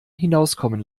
hinauskommen